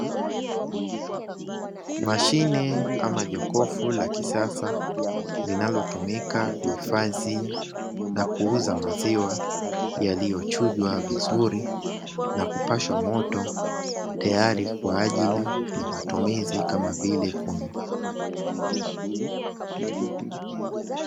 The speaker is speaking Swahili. Mashine ama jokofu la kisasa linalotumika kuhifadhi na kuuza maziwa yaliyochujwa vizuri na kupashwa moto, tayari kwa ajili ya matumizi kama vile kunywa.